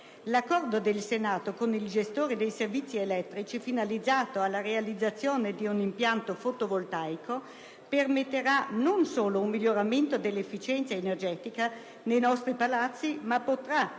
L'accordo del Senato con il gestore dei servizi elettrici finalizzato alla realizzazione di un impianto fotovoltaico permetterà non solo un miglioramento dell'efficienza energetica nei nostri palazzi, ma potrà